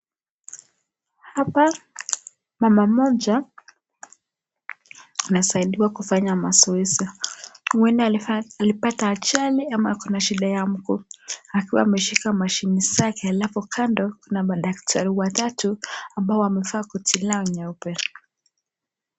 Hapa mama moja amesaidiwa kufanya mazoezi. Huenda alipata ajali ama ako na shida ya miguu, akiwa ameshika mashini zake alafu kando kuna madaktari watatu ambao wamevaa koti lao nyeupe.